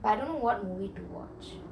but I don't know what movie to watch